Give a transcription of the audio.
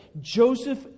Joseph